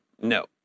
No